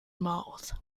mouth